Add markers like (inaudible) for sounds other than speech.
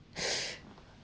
(breath)